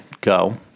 go